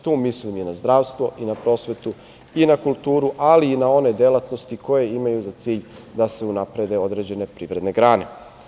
Tu mislim i na zdravstvo, i na prosvetu, i na kulturu, ali i na one delatnosti koje imaju za cilj da se unaprede određene privredne grane.